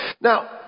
Now